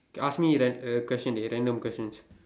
ask me a a question a random questions